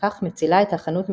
וכך מצילה את החנות מסגירה.